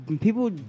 people